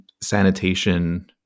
sanitation